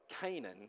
Canaan